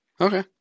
Okay